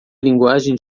linguagem